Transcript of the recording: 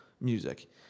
music